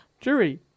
Jury